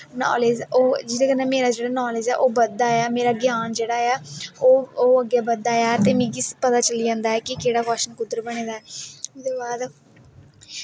जेह्दै कन्नै जेह्ड़ा मेरा नालेज़ ऐ ओह् बधदा ऐ मेरा ग्यान जेह्ड़ा ऐ ओह् अग्गै बधदा ऐ ते मिगी पता चली जंदा ऐ केह्ड़ा कवशच्न कुध्दर बने दा ऐ ओह्दे बाद